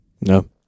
No